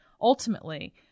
ultimately